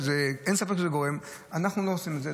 אנחנו לא עושים את זה.